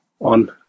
on